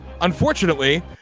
unfortunately